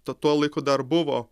tu tuo laiku dar buvo